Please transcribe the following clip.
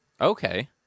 Okay